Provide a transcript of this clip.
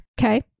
okay